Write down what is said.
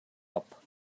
top